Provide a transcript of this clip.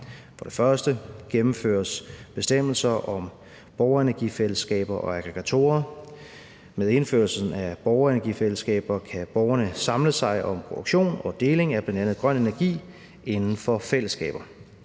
For det første gennemføres bestemmelser om borgerenergifællesskaber og aggregatorer. Med indførelsen af borgerenergifælleskaber kan borgerne samle sig om produktion og deling af bl.a. grøn energi inden for fællesskaber.